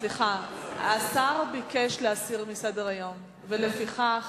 סליחה, השר ביקש להסיר מסדר-היום, ולפיכך